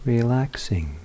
Relaxing